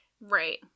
right